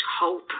hope